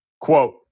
Quote